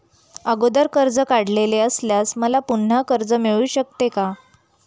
अगोदर कर्ज काढलेले असल्यास मला पुन्हा कर्ज मिळू शकते का?